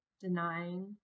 denying